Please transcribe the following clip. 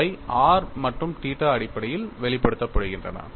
அவை r மற்றும் theta அடிப்படையில் வெளிப்படுத்தப்படுகின்றன